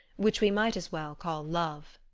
which we might as well call love.